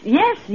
yes